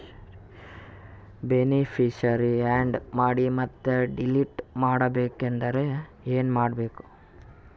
Beneficiary, add ಮಾಡಿ ಮತ್ತೆ delete ಮಾಡಬೇಕೆಂದರೆ ಏನ್ ಮಾಡಬೇಕು?